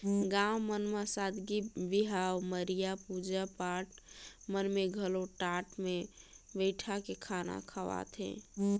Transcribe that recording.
गाँव मन म सादी बिहाव, मरिया, पूजा पाठ मन में घलो टाट मे बइठाके खाना खवाथे